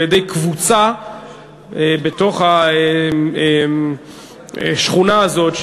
על-ידי קבוצה בתוך השכונה הזאת,